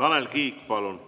Tanel Kiik, palun!